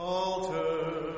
altar